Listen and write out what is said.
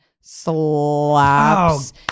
slaps